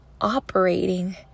operating